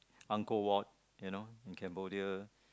uncle walt you know in Cambodia